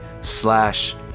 slash